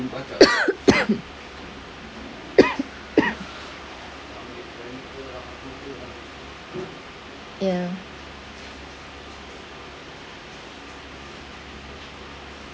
ya